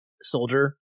soldier